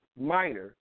minor